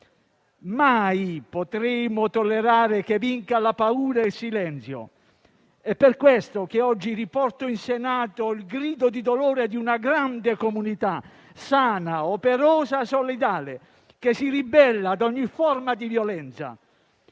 Mai potremo tollerare che vincano la paura e il silenzio! È per questo che oggi riporto in Senato il grido di dolore di una grande comunità, sana, operosa e solidale, che si ribella a ogni forma di violenza.